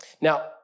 Now